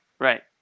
right